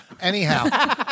Anyhow